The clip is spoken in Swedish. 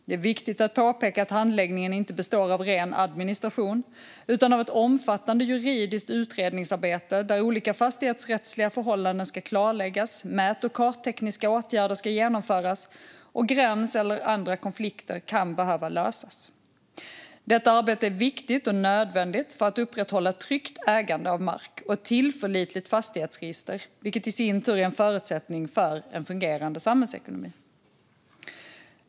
Det är viktigt att påpeka att handläggningen inte består av ren administration utan av ett omfattande juridiskt utredningsarbete, där olika fastighetsrättsliga förhållanden ska klarläggas, mät och karttekniska åtgärder ska genomföras och gränskonflikter eller andra konflikter kan behöva lösas. Detta arbete är viktigt och nödvändigt för att upprätthålla ett tryggt ägande av mark och ett tillförlitligt fastighetsregister, vilket i sin tur är en förutsättning för en fungerande samhällsekonomi.